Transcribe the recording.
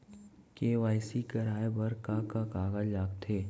KYC कराये बर का का कागज लागथे?